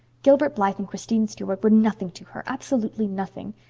gilbert blythe and christine stuart were nothing to her absolutely nothing.